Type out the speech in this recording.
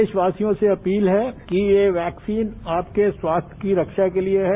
देशवासियों से अपील है कि ये वैक्सीन आपके स्वास्थ्य की रक्षा के लिए है